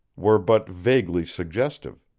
were but vaguely suggestive.